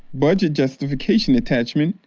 budget justification attachment,